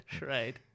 Right